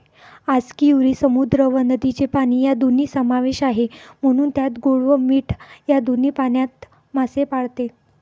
आस्कियुरी समुद्र व नदीचे पाणी या दोन्ही समावेश आहे, म्हणून त्यात गोड व मीठ या दोन्ही पाण्यात मासे पाळते